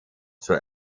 zur